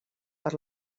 per